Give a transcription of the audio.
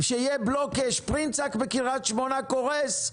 שיהיה בלוק שפרינצק בקרית שמונה קורס,